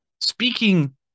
speaking